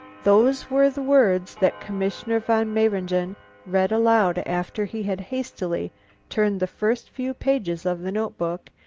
those were the words that commissioner von mayringen read aloud after he had hastily turned the first few pages of the notebook,